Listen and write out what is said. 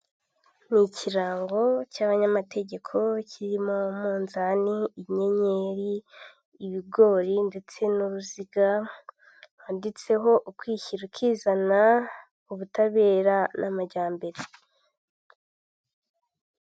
Umuhanda ukoze neza hagati harimo umurongo w'umweru wihese, umuntu uri ku kinyabiziga cy'ikinyamitende n'undi uhagaze mu kayira k'abanyamaguru mu mpande zawo hari amazu ahakikije n'ibyuma birebire biriho insinga z'amashanyarazi nyinshi.